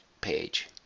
page